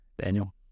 Daniel